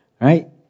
Right